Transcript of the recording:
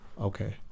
okay